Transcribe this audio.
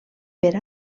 per